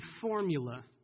formula